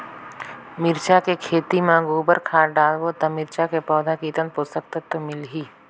मिरचा के खेती मां गोबर खाद डालबो ता मिरचा के पौधा कितन पोषक तत्व मिलही?